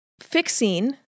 fixing